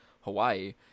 Hawaii